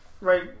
right